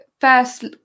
first